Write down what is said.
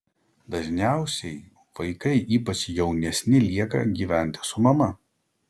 dažniausiai vaikai ypač jaunesni lieka gyventi su mama